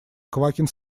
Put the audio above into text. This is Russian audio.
квакин